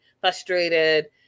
frustrated